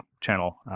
channel